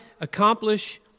accomplish